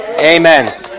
Amen